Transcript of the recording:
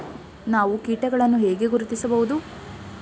ನಾವು ಕೀಟಗಳನ್ನು ಹೇಗೆ ಗುರುತಿಸಬಹುದು?